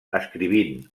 escrivint